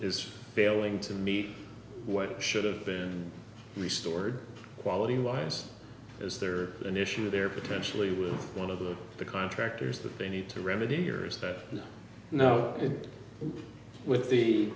is failing to meet what should have been restored quality wise is there an issue there potentially with one of the the contractors that they need to remedy here is that now with the